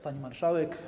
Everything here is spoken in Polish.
Pani Marszałek!